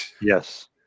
Yes